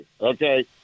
okay